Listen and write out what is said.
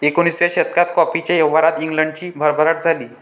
एकोणिसाव्या शतकात कॉफीच्या व्यापारात इंग्लंडची भरभराट झाली